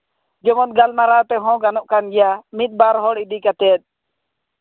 ᱡᱮᱢᱚᱱ ᱜᱟᱞᱢᱟᱨᱟᱣ ᱛᱮᱦᱚᱸ ᱜᱟᱱᱚᱜ ᱠᱟᱱ ᱜᱮᱭᱟ ᱢᱤᱫ ᱵᱟᱨ ᱦᱚᱲ ᱤᱫᱤ ᱠᱟᱛᱮᱫ